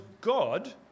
God